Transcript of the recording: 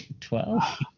Twelve